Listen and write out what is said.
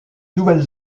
nouvelle